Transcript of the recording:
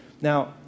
Now